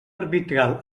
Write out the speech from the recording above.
arbitral